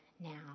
now